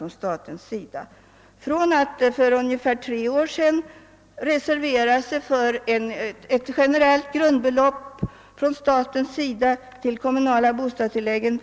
För ungefär tre år sedan reserverade sig centerpartiet för ett generellt statligt grundbelopp på omkring 600 kronor till kommunala bostadstillägg.